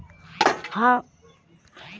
हम पिन को कैसे बंद कर सकते हैं?